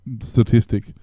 statistic